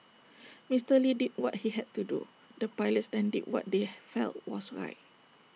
Mister lee did what he had to do the pilots then did what they felt was right